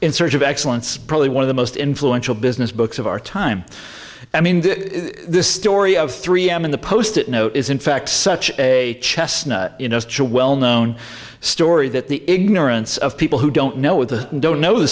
in search of excellence probably one of the most influential business books of our time i mean this story of three m in the post it note is in fact such a chestnut well known story that the ignorance of people who don't know what the don't know the